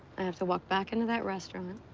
i have to walk back into that restaurant